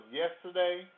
yesterday